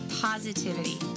Positivity